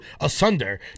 asunder